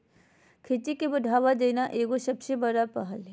खेती के बढ़ावा देना एगो सबसे बड़ा पहल हइ